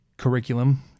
curriculum